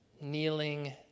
kneeling